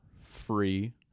free